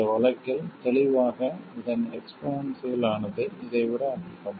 இந்த வழக்கில் தெளிவாக இதன் எக்ஸ்போனென்சியல் ஆனது இதை விட அதிகம்